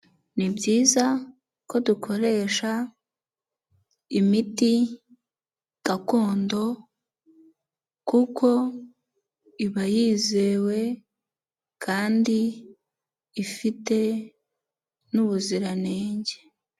Ni byiza ko dukoresha imiti gakondo kuko iba yizewe kandi ifite n'ubuziranenge.